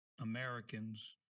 Americans